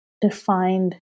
defined